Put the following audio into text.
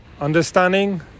understanding